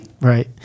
Right